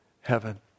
heaven